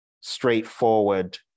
straightforward